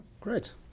Great